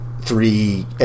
three